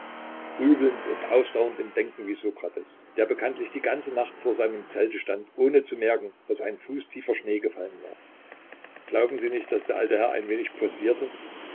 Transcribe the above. grübelnd und ausdauernd im denken wie sokrates der bekanntlich die ganze nacht vor seinem zelte stand ohne zu merken daß ein fußtiefer schnee gefallen war glauben sie nicht daß der alte herr ein wenig posierte